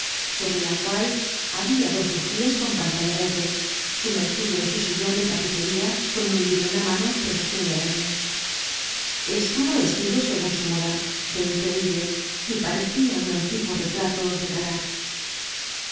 sobre la cual habia dos bugías con pantalla verde sumergido en su sillon de tapicería con un libro en la mano pero sin leerle estaba vestido segun su moda de increíble y parecia un antiguo retrato de garat